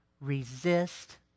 Resist